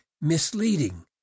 misleading